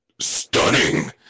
stunning